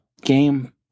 game